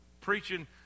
preaching